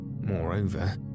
Moreover